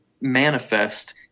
manifest